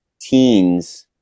teens